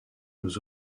aux